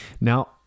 Now